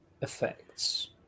effects